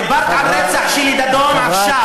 דיברת על רצח שלי דדון עכשיו.